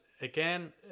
again